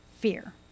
fear